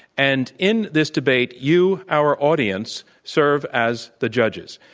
and in this debate, you, our audience, serve as the judges.